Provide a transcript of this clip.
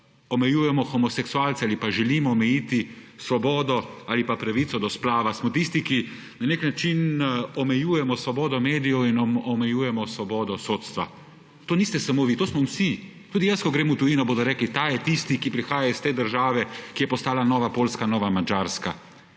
omejujemo homoseksualce ali pa želimo omejiti svobodo ali pa pravico do splava. Smo tisti, ki na nek način omejujemo svobodo medijev in omejujemo svobodo sodstva. To niste samo vi, to smo vsi. Tudi jaz, ko grem v tujino, bodo rekli, ta je tisti, ki prihaja iz te države, ki je postala nova Poljska, nova Madžarska.